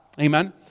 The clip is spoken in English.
Amen